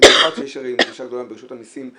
במיוחד כשיש דרישה גדולה ברשות המסים,